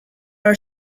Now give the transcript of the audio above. are